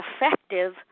effective